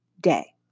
day